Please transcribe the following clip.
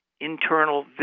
internal